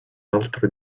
altre